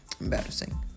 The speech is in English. embarrassing